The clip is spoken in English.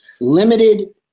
Limited